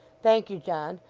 thank you, john.